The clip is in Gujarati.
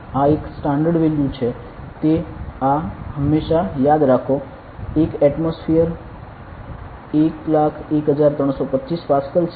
આ એક સ્ટાન્ડર્ડ વેલ્યુ છે તે આ હંમેશાં યાદ રાખો 1 એટમોસ્ફિયર 101325 પાસ્કલ છે